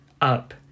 up